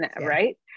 right